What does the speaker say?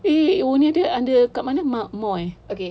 eh eh oh ni dia under kat mana more eh